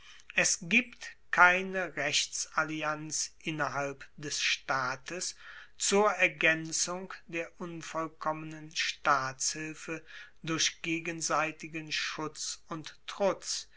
es gibt keine rechtsallianz innerhalb des staates zur ergaenzung der unvollkommenen staatshilfe durch gegenseitigen schutz und trutz